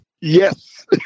Yes